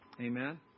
Amen